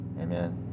Amen